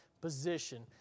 position